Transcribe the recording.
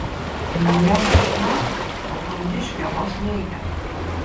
nauja mašina o kondiškė vos veikia